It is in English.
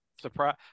Surprise